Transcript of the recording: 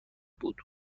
بود